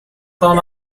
tahun